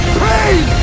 pain